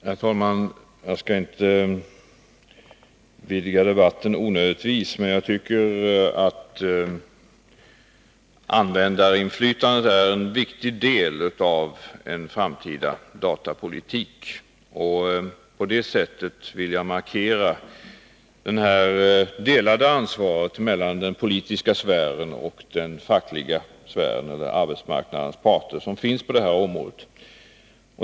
Herr talman! Jag skall inte onödigtvis vidga debatten, men jag tycker att användarinflytandet är en viktig del av en framtida datapolitik. På det sättet vill jag markera det delade ansvaret mellan den politiska sfären och den fackliga sfären, arbetsmarknadens parter, på det här området.